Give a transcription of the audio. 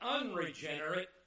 unregenerate